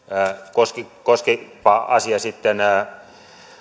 koskipa asia sitten